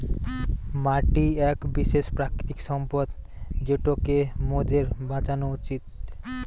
মাটি এক বিশেষ প্রাকৃতিক সম্পদ যেটোকে মোদের বাঁচানো উচিত